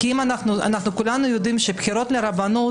אנחנו כולנו יודעים שבחירות לרבנות,